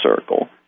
circle